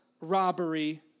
robbery